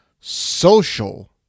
social